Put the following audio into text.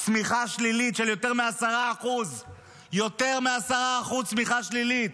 צמיחה שלילית של יותר מ-10% יותר מ-10% אחוז צמיחה שלילית,